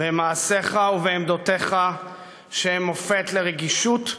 במעשיך ובעמדותיך שהם מופת לרגישות,